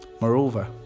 Moreover